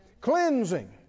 cleansing